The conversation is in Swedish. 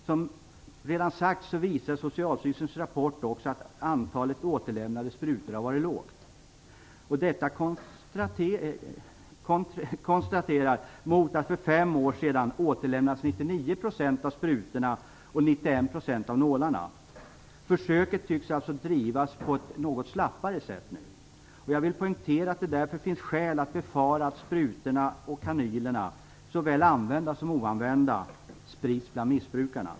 Som redan sagts visar Socialstyrelsens rapport också att antalet återlämnade sprutor har varit litet. Detta kontrasterar mot att för fem år sedan återlämnades 99 % av sprutorna och 91 % av nålarna. Försöket tycks alltså drivas på ett något slappare sätt nu. Jag vill poängtera att det därför finns skäl att befara att sprutorna och kanylerna, såväl använda som oanvända, sprids bland missbrukarna.